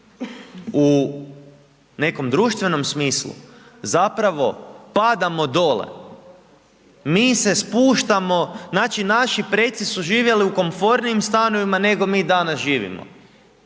u nekom društvenom smislu, zapravo padamo dole, mi se spuštamo, znači naši preci su živjeli u komfornijim stanovima, nego mi danas živimo.